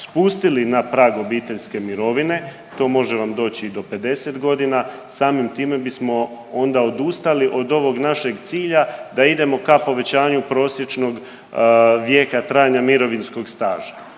spustili na prag obiteljske mirovine, to može vam doći i do 50.g., samim time bismo onda odustali od ovog našeg cilja da idemo ka povećanju prosječnog vijeka trajanja mirovinskog staža,